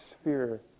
sphere